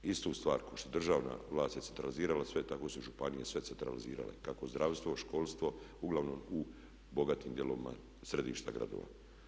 Istu stvar kao što državna vlast je centralizirala sve tako su i županije sve centralizirale, kako zdravstvo, školstvo, uglavnom u bogatim dijelovima središta gradova.